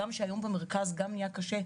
הגם שהיום במרכז גם נהיה קשה,